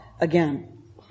again